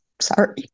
Sorry